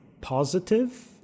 positive